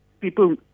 People